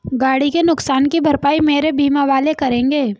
गाड़ी के नुकसान की भरपाई मेरे बीमा वाले करेंगे